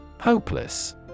Hopeless